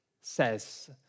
says